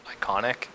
iconic